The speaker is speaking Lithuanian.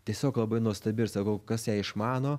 tiesiog labai nuostabi ir sakau kas ją išmano